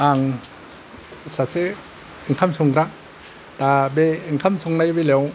आं सासे ओंखाम संग्रा दा बे ओंखाम संनाय बेलायाव